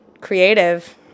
creative